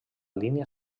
línia